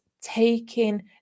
taking